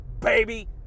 baby